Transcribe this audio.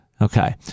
okay